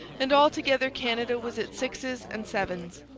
and altogether canada was at sixes and sevens.